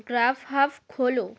graph hub খোলো